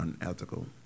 unethical